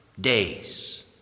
days